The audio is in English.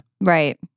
Right